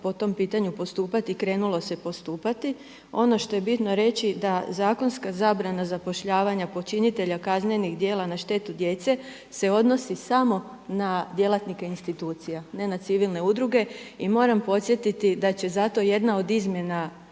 po tom pitanju postupati i krenulo se postupati. Ono što je bitno reći da zakonska zabrana zapošljavanja počinitelja kaznenih djela na štetu djece se odnosi samo na djelatnike institucija, ne na civilne udruge. I moram podsjetiti da će zato jedna od izmjena